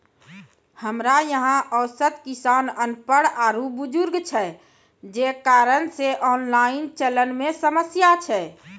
हमरा यहाँ औसत किसान अनपढ़ आरु बुजुर्ग छै जे कारण से ऑनलाइन चलन मे समस्या छै?